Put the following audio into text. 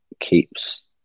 keeps